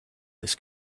this